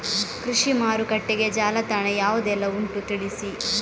ಕೃಷಿ ಮಾರುಕಟ್ಟೆಗೆ ಜಾಲತಾಣ ಯಾವುದೆಲ್ಲ ಉಂಟು ತಿಳಿಸಿ